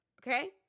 okay